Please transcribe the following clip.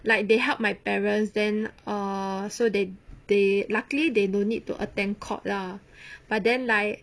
like they help my parents then err so they they luckily they don't need to attend court lah but then like